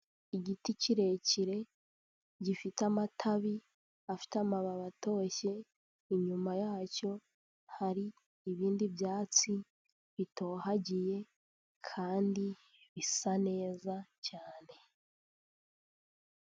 Igiti kirekire gifite amatabi afite amababi atoshye, inyuma yacyo hari ibindi byatsi bitohagiye kandi bisa neza cyane.